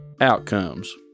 outcomes